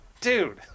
dude